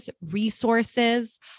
resources